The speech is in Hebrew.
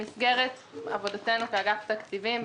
במסגרת עבודתנו כאגף תקציבים,